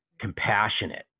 compassionate